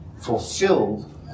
fulfilled